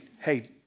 hey